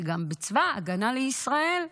גם בצבא ההגנה לישראל.